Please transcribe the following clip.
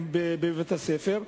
לומר בבית-ספר,